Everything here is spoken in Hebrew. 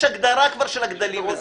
יש כבר הגדרה של הגדלים.